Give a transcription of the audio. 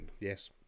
Yes